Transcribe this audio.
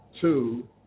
two